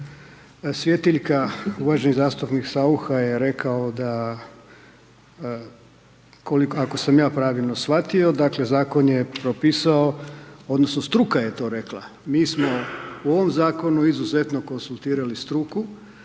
svjetiljka, uvaženi zastupnik Saucha je rekao, ako sam ja pravilno shvatio, dakle, Zakon je propisao odnosno struka je to rekla, mi smo u ovom Zakonu izuzetno konzultirali struku